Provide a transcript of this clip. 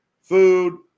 food